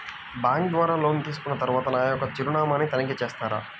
Bank ద్వారా loan తీసుకున్న తరువాత నా యొక్క చిరునామాని తనిఖీ చేస్తారా?